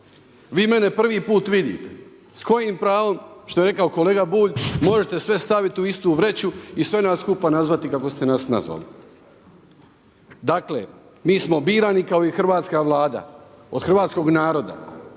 Vi mene prvi put vidite, s kojim pravom što je rekao kolega Bulj možete sve staviti u istu vreću i sve nas skupa nazvati kako ste nas nazvali? Dakle, mi smo birani kao i hrvatska Vlada od hrvatskog naroda.